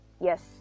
yes